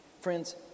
Friends